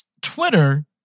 Twitter